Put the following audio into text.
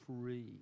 free